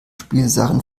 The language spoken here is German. spielsachen